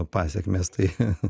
pasekmės tai